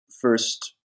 first